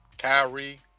Kyrie